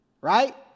right